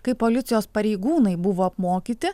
kai policijos pareigūnai buvo apmokyti